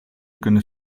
kunnen